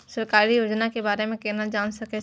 सरकारी योजना के बारे में केना जान से?